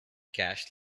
cash